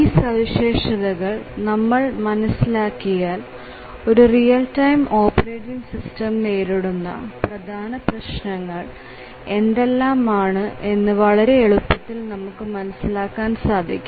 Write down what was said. ഈ സവിശേഷതകൾ നമ്മൾ മനസ്സിലാക്കിയാൽ ഒരു റിയൽ ടൈം ഓപ്പറേറ്റിങ് സിസ്റ്റം നേരിടുന്ന പ്രധാന പ്രശ്നങ്ങൾ എന്തെല്ലാമാണെന്ന് വളരെ എളുപ്പത്തിൽ നമുക്ക് മനസ്സിലാക്കാൻ സാധിക്കും